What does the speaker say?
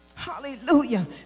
Hallelujah